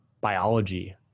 biology